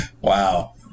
Wow